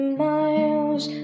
miles